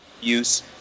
use